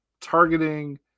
targeting